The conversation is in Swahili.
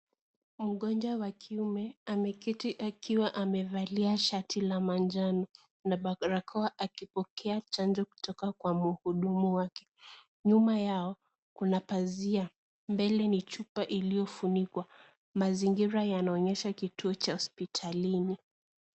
Mgonjwa wa kiume ameketi akiwa amevalia shati la njano na barakoa akipokea chanjo kutoka kwa mhudumu wake. Nyuma yao, kuna pazia. Mbele ni chupa iliyofunikwa. Mazingira yanaonyesha kituo cha hospitalini.